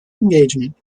engagement